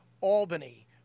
Albany